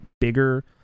bigger